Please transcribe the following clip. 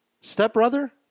stepbrother